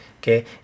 Okay